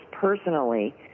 personally